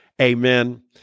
Amen